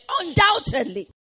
Undoubtedly